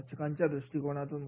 वाचकाच्या दृष्टीकोणातून